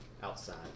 Outside